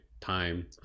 time